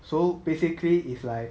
so basically it's like